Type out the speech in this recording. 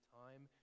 time